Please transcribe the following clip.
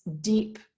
deep